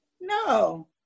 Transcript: No